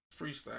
freestyle